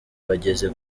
bageze